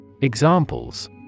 Examples